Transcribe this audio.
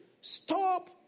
Stop